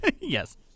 Yes